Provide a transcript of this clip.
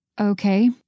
Okay